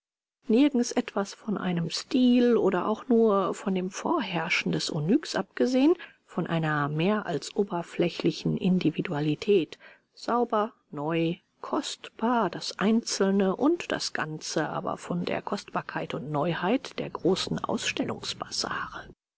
nirgends etwas von einem stil oder auch nur von dem vorherrschen des onyx abgesehen von einer mehr als oberflächlichen individualität sauber neu kostbar das einzelne und das ganze aber von der kostbarkeit und neuheit der großen